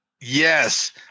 Yes